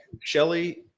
Shelly